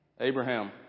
Abraham